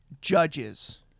Judges